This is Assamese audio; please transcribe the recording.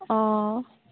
অঁ